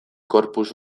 corpus